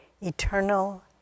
Eternal